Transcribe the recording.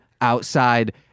outside